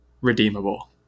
redeemable